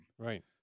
Right